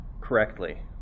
correctly